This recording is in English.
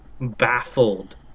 baffled